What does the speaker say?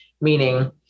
Meaning